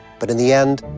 but in the end,